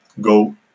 go